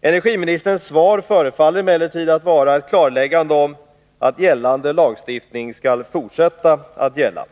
Energiministerns svar förefaller emellertid att vara ett klarläggande om att gällande lagstiftning skall fortsätta att gälla.